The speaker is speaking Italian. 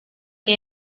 che